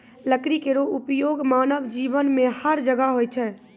लकड़ी केरो उपयोग मानव जीवन में हर जगह होय छै